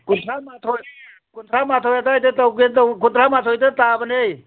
ꯀꯨꯟꯊ꯭ꯔꯥ ꯃꯥꯊꯣꯏ ꯀꯨꯟꯊ꯭ꯔꯥ ꯃꯥꯊꯣꯏ ꯑꯗꯥꯏꯗ ꯇꯧꯒꯦ ꯀꯨꯟꯊ꯭ꯔꯥ ꯃꯥꯊꯣꯏꯗ ꯇꯥꯕꯅꯦ